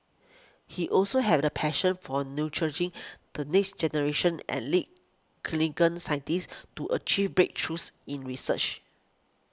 he also had a passion for nurturing the next generation and lead clean scientists to achieve breakthroughs in research